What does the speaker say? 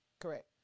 Correct